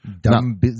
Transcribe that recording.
Dumb